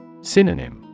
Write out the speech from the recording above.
Synonym